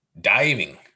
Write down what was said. diving